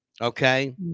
Okay